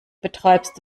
betreibst